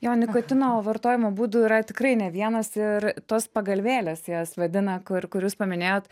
jo nikotino vartojimo būdų yra tikrai ne vienas ir tos pagalvėlės jas vadina kur kur jūs paminėjot